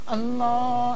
Allah